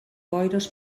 boires